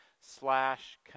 slash